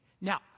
now